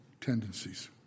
tendencies